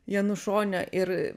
janušonio ir